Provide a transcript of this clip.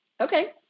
Okay